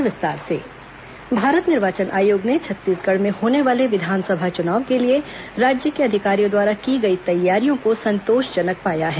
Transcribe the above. विस चुनाव प्रेसवार्ता भारत निर्वाचन आयोग ने छत्तीसगढ़ में होने वाले विधानसभा चुनाव के लिए राज्य के अधिकारियों द्वारा की गई तैयारियों को संतोषजनक पाया है